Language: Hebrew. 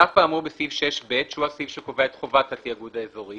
אף האמור בסעיף 6ב" שהוא הסעיף שקובע את חובת התיאגוד האזורי